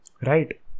right